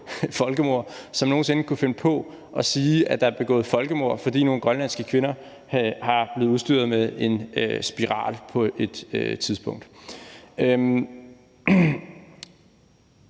folkemord, som nogen sinde kunne finde på at sige, at der er blevet begået folkemord, fordi nogle grønlandske kvinder er blevet udstyret med en spiral på et tidspunkt.